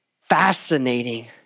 fascinating